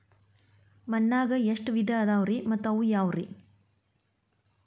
ಮಣ್ಣಾಗ ಎಷ್ಟ ವಿಧ ಇದಾವ್ರಿ ಮತ್ತ ಅವು ಯಾವ್ರೇ?